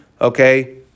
okay